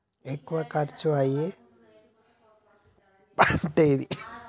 ఎక్కువ ఖర్చు అయ్యే పంటేది?